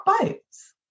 boats